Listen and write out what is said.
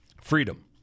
freedom